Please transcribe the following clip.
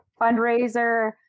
fundraiser